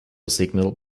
signal